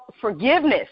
forgiveness